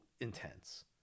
intense